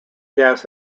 gas